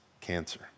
cancer